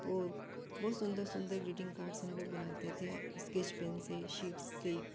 और बहुत सुंदर सुंदर ग्रीटिंग कार्ड्स हम लोग बनाते थे स्केच पेन से शीट्स से